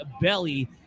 BELLY